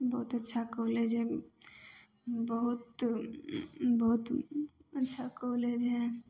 बहुत अच्छा कॉलेज हइ बहुत बहुत अच्छा कॉलेज हइ